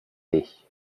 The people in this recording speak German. dich